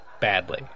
badly